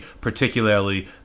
particularly